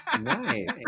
Nice